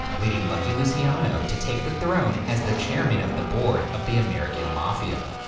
leading lucky luciano to take the throne as the chairman of the board of the american mafia.